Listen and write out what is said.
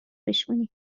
بشکونی